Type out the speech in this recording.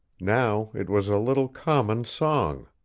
now it was a little common song.